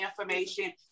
information